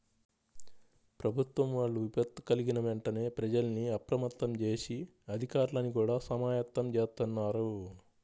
ప్రభుత్వం వాళ్ళు విపత్తు కల్గిన వెంటనే ప్రజల్ని అప్రమత్తం జేసి, అధికార్లని గూడా సమాయత్తం జేత్తన్నారు